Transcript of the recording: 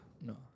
No